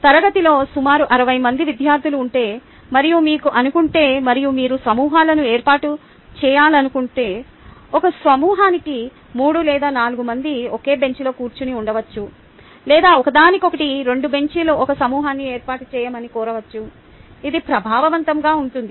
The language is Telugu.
తరగతిలో సుమారు 60 మంది విద్యార్థులు ఉంటే మరియు మీకు అనుకుంటే మరియు మీరు సమూహాలను ఏర్పాటు చేయాలనుకుంటే ఒక సమూహానికి 3 లేదా 4 మంది ఒకే బెంచ్లో కూర్చొని ఉండవచ్చు లేదా ఒకదానికొకటి 2 బెంచీలు ఒక సమూహాన్ని ఏర్పాటు చేయమని కోరవచ్చు ఇది ప్రభావవంతంగా ఉంటుంది